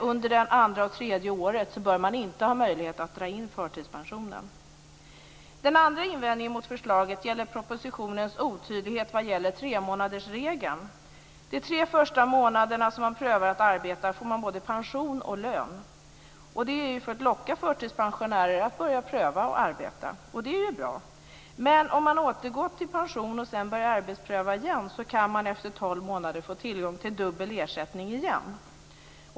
Under det andra och tredje året bör man inte heller ha möjlighet att dra in förtidspensionen. Den andra invändningen mot förslaget gäller propositionens otydlighet vad gäller tremånadersregeln. De tre första månaderna som man prövar att arbeta får man både pension och lön. Det är för att locka förtidspensionärer att börja pröva att arbeta, och det är ju bra. Men om man återgår till pension och sedan börjar arbetspröva igen kan man efter tolv månader få tillgång till dubbel ersättning igen.